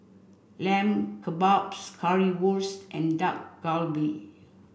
Lamb Kebabs Currywurst and Dak Galbi